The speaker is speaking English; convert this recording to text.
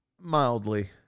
Mildly